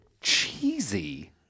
cheesy